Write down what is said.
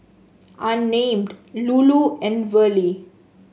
Unnamed Lulu and Verlie